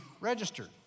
registered